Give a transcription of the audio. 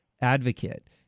advocate